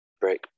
Break